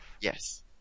Yes